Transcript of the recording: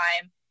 time